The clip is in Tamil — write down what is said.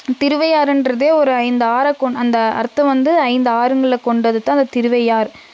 திருவையாறுன்றதே ஒரு ஐந்து ஆறக்கோன் அந்த அர்த்தம் வந்து ஐந்து ஆறுங்களை கொண்டது தான் அந்த திருவையார்